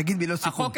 תגיד מילות סיכום.